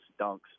dunks